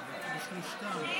לענות.